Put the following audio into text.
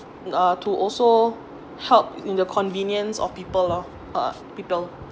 uh to also help in the convenience of people lor uh people